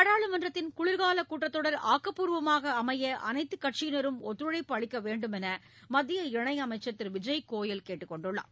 நாடாளுமன்றத்தின் குளிர்காலக் கூட்டத் தொடர் ஆக்கப்பூர்வமாக அமைய அனைத்துக் கட்சியினரும் ஒத்துழைப்பு அளிக்க வேண்டும் என்று மத்திய இணையமைச்சர் திரு விஜய் கோயல் கேட்டுக் கொண்டுள்ளார்